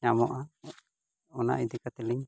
ᱧᱟᱢᱚᱜᱼᱟ ᱚᱱᱟ ᱤᱫᱤ ᱠᱟᱛᱮᱞᱤᱧ